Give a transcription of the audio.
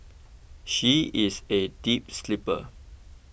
she is a deep sleeper